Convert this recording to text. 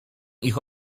ich